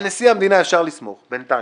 על נשיא המדינה אפשר לסמוך בינתיים.